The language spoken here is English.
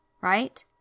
right